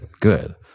Good